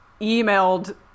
emailed